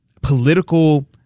political